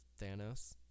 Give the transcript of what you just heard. Thanos